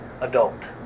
adult